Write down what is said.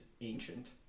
ancient